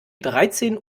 dreizehn